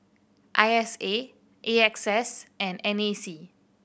I S A A X S and N A C